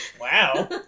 Wow